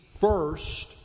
first